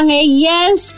Yes